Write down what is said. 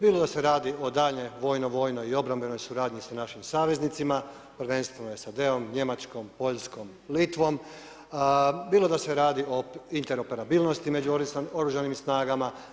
Bilo da se radi o daljnjoj vojno, vojnoj i obrambenoj suradnji sa našim saveznicima, prvenstveno SAD-om, Njemačkom, Poljskom, Litvom, bilo da se radi o interoperabilnosti među Oružanim snagama.